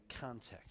context